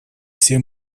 все